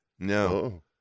No